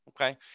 Okay